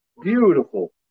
beautiful